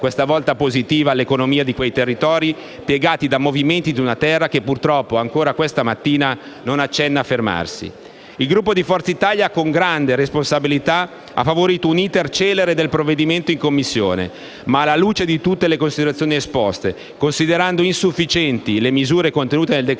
questa volta in positivo, all'economia di quei territori piegati dai movimenti di una terra che purtroppo, ancora questa mattina, non accenna a fermarsi. Il Gruppo di Forza Italia, con grande responsabilità, ha favorito un *iter* celere del provvedimento in Commissione. Ma, alla luce di tutte le considerazioni esposte, considerando insufficienti le misure contenute nel decreto-legge,